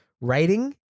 writing